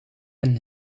een